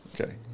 okay